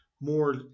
more